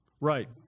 Right